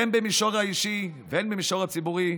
הן במישור האישי והן במישור הציבורי,